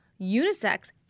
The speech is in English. unisex